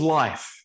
life